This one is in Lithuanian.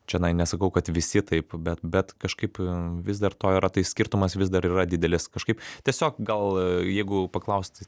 čionai nesakau kad visi taip bet bet kažkaip vis dar to yra tai skirtumas vis dar yra didelis kažkaip tiesiog gal jeigu paklaust